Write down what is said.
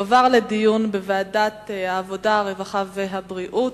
יועבר לדיון בוועדת העבודה, הרווחה והבריאות.